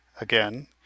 Again